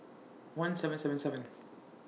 one seven seven seven